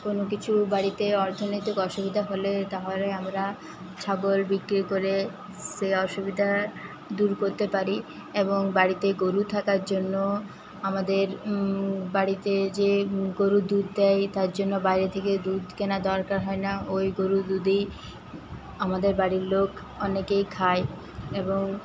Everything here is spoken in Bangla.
কোনো কিছু বাড়িতে অর্থনৈতিক অসুবিধা হলে তাহলে আমরা ছাগল বিক্রি করে সে অসুবিধা দূর করতে পারি এবং বাড়িতে গরু থাকার জন্য আমাদের বাড়িতে যে গরু দুধ দেয় তার জন্য বাইরে থেকে দুধ কেনার দরকার হয় না ওই গরুর দুধেই আমাদের বাড়ির লোক অনেকেই খায় এবং